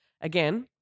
Again